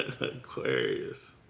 Aquarius